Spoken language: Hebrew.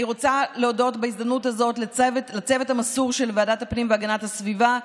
אני רוצה להודות בהזדמנות הזאת לצוות המסור של ועדת הפנים והגנת הסביבה,